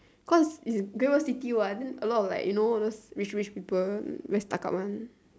cause is Great-World-City what then a lot of like you know those rich rich people very stuck up one